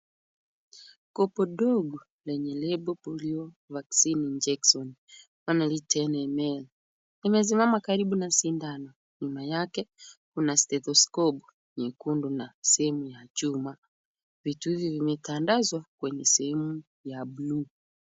Kopo ndogo lenye lebo Polio vaccine injection ten ml , limesimama kama sindano. Nyuma yake kuna stethoskopu nyekundu na sehemu ya chuma. Vitu hivi vimetandazwa kwenye sehemu ya buluu.